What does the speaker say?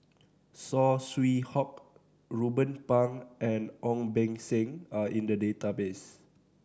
Saw Swee Hock Ruben Pang and Ong Beng Seng are in the database